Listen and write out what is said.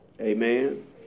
Amen